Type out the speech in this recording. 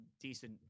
decent